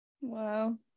wow